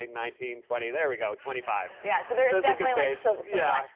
ah nineteen, twenty, there we go twenty five. yeah, so there is definitely like so yeah